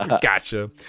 Gotcha